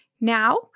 now